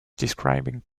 describing